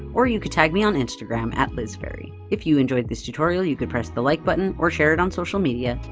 or you could tag me on instagram lizfaerie. if you enjoyed this tutorial, you could press the like button, or share it on social media.